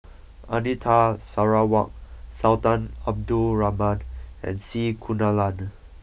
Anita Sarawak Sultan Abdul Rahman and C Kunalan